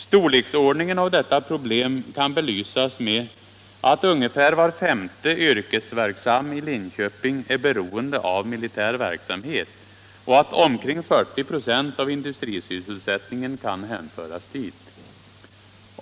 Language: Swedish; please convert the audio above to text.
Storleksordningen av detta problem kan belysas med att ungefär var femte yrkesverksam i Linköping är beroende av militär verksamhet, och att omkring 40 96 av industrisysselsättningen kan hänföras dit.